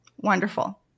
Wonderful